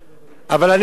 אבל אני אומר לכם,